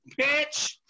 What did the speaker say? Bitch